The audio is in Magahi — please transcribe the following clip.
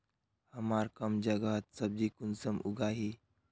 हमार कम जगहत सब्जी कुंसम उगाही?